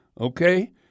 okay